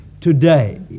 today